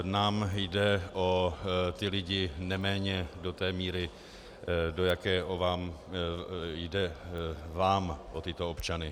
Nám jde o ty lidi neméně do té míry, do jaké jde vám o tyto občany.